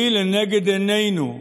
היא לנגד עינינו.